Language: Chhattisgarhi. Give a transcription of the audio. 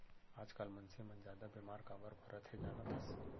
आजकाल मनसे मन जादा बेमार काबर परत हें जानत हस?